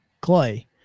Clay